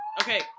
Okay